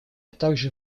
также